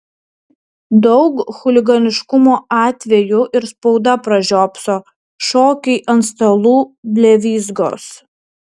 daug chuliganiškumo atvejų ir spauda pražiopso šokiai ant stalų blevyzgos